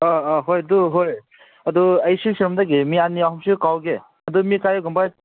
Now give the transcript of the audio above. ꯑꯪ ꯑꯪ ꯍꯣꯏ ꯑꯗꯨ ꯍꯣꯏ ꯑꯗꯨ ꯑꯩꯁꯨ ꯁꯣꯝꯗꯒꯤ ꯃꯤ ꯑꯅꯤ ꯑꯍꯨꯝꯁꯨ ꯀꯧꯒꯦ ꯑꯗꯣ ꯃꯤ ꯀꯔꯤꯒꯨꯝꯕ